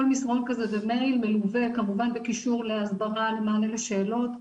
כל מסרון כזה זה מלווה כמובן בקישור להסברה ומענה לשאלות.